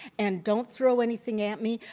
and don't throw anything at me,